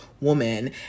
woman